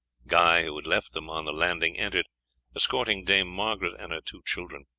guy, who had left them on the landing, entered, escorting dame margaret and her two children.